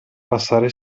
passare